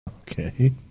Okay